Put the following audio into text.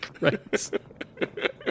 Right